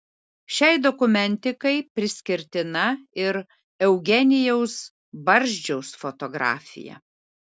šiai dokumentikai priskirtina ir eugenijaus barzdžiaus fotografija